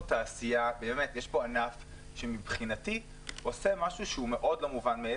העיניים שלך בוכות.